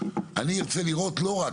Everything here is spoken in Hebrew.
אני ארצה לראות לא רק,